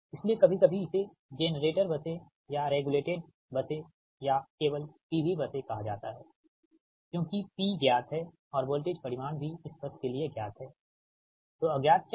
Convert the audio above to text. इसीलिए कभी कभी इसे जेनरेटर बसें या रेगुलेटेड बसें या केवल P V बसें कहा जाता है क्योंकि P ज्ञात है और वोल्टेज परिमाण भी इस बस के लिए ज्ञात है तो अज्ञात क्या है